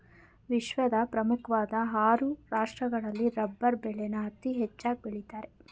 ವಿಶ್ವದ ಪ್ರಮುಖ್ವಾಧ್ ಆರು ರಾಷ್ಟ್ರಗಳಲ್ಲಿ ರಬ್ಬರ್ ಬೆಳೆನ ಅತೀ ಹೆಚ್ಚಾಗ್ ಬೆಳಿತಾರೆ